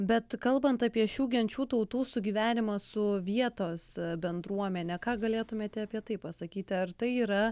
bet kalbant apie šių genčių tautų sugyvenimą su vietos bendruomene ką galėtumėte apie tai pasakyti ar tai yra